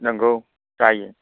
नंगौ जायो